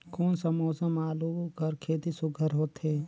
कोन सा मौसम म आलू कर खेती सुघ्घर होथे?